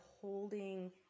holding